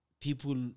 People